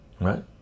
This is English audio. right